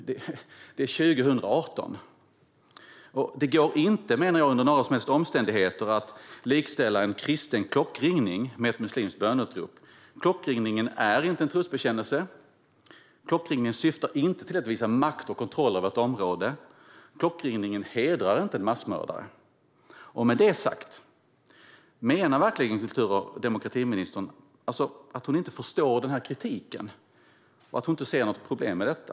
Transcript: Det är 2018 nu. Det går inte, menar jag, att under några som helst omständigheter likställa en kristen klockringning med ett muslimskt böneutrop. Klockringningen är inte en trosbekännelse. Klockringningen syftar inte till att visa makt och kontroll över ett område. Klockringningen hedrar inte en massmördare. Med detta sagt: Menar verkligen kultur och demokratiministern att hon inte förstår kritiken och att hon inte ser något problem med detta?